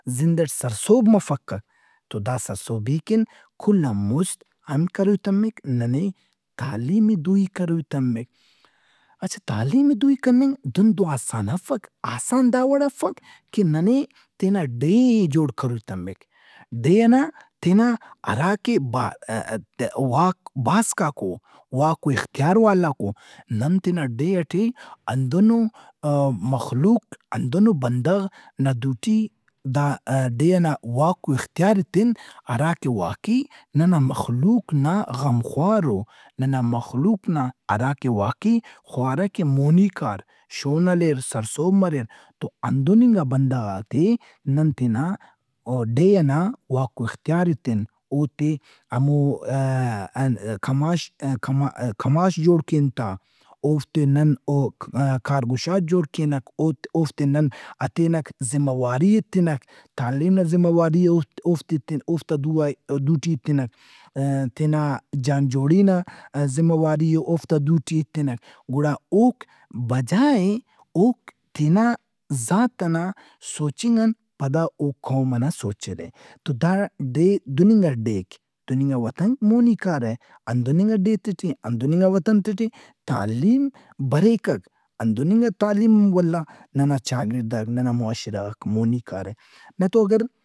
زند ئٹے سرسہب مفکک۔ تودا سرسہبی کن کل آن مُست انت کروئی تمک۔ ننے تعلیم ئے دوئی کروئی تمک۔ اچھا تعلیم ئے دوئی کننگ دہن تو آسان افک۔ آسان داوڑ افک کہ ننے تینا ڈیھ ئے جوڑ کروئی تمک۔ ڈیھ ئناتینا ہرا کہ بہ-ا-ا-ا- واک- باسکاک او، واک و اختیار والاک او۔ نن تینا ڈیھ ئٹے ہندنو مخلوق ہندنو بندغ نا دُوٹی دا ڈیھ ئنا واک و اختیارئے ایتن ہراکہ واقعی ننا مخلوق نا غمخوار او۔ ننا مخلوق نا ہراکہ واقئی خوارہ کہ مونی کار، شون ہلیر، سرسہب مریر۔ تو ہندن انگا بندغات ئے نن تینا ڈیھ ئنا واک و اختیار ئے تِن۔ اوتے ہمو ا-ا- کماش ا- کماش جوڑ کین تا۔ اوفتے نن کارگشاد جوڑ کینک۔ اوت اوفتے نن ہتینک ذمہ واری ایتکن۔ تعلین نا ذمہ واری اوفتے ایتن، اوفتا دوآئے- دوٹی ایتنک۔ تینا جان جوڑی نا ذمہ واری ئے اوفتا دُوٹی ایتنک گڑا اوک بجائے اوک تینا ذات ئنا سوچنگ ان پدا قوم ئنا سوچرہ۔ تو دا ڈیھ، دہننگا ڈیھک، دہننگا وطنک مونی کارہ۔ ہندننگا ڈیھتے ٹی، ہندننگا وطنتے ٹی تعلیم بریکک، ہندننگا تعلیم ولدا ننا چاگڑداک، ننا معاشرہ غاک مونی کارہ۔ نتو اگر۔